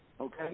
okay